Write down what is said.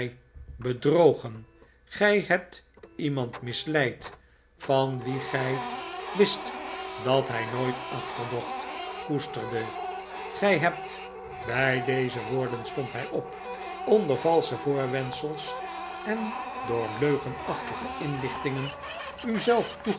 bedrogen gij hebt iemand misleid van wien gij wist dat hij nooit achterdocht koesterde gij hebt bij deze woorden stond hij op onder valsche voorwendsels en door leugenachtige inlichtingen